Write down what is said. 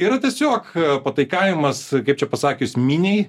yra tiesiog pataikavimas kaip čia pasakius miniai